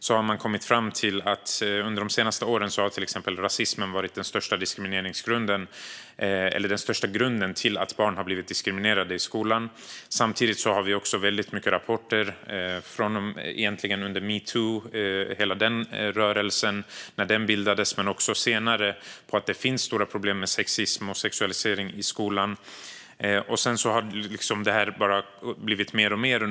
De har kommit fram till att under de senaste åren har till exempel rasismen varit den största grunden till att barn har blivit diskriminerade i skolan. Samtidigt har vi väldigt mycket rapporter sedan hela metoo-rörelsen bildades och också senare att det finns stora problem med sexism och sexualisering i skolan. Det har bara blivit mer och mer.